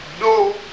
No